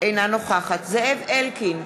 אינה נוכחת זאב אלקין,